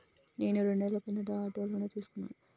నేను రెండేళ్ల కిందట ఆటో లోను తీసుకున్నాను